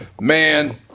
Man